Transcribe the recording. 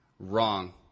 Wrong